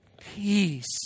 peace